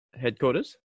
headquarters